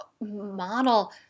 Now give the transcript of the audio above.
model